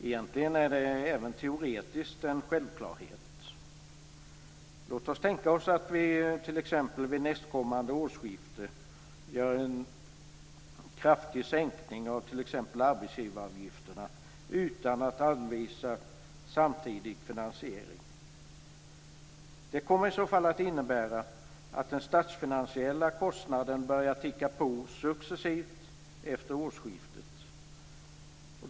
Egentligen är det även teoretiskt en självklarhet. Låt oss tänka oss att vi t.ex. vid nästkommande årsskifte gör en kraftig sänkning av arbetsgivaravgifterna utan att anvisa samtidig finansiering. Det kommer i så fall att innebära att den statsfinansiella kostnaden börjar ticka på successivt efter årsskiftet.